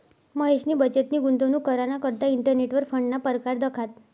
महेशनी बचतनी गुंतवणूक कराना करता इंटरनेटवर फंडना परकार दखात